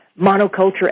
Monoculture